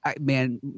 man